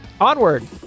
Onward